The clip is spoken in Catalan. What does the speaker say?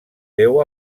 déu